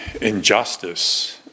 injustice